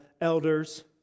elders